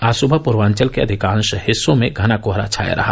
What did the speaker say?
आज सुबह पूर्वांचल के अधिकांश हिस्सों में घना कोहरा छाया रहा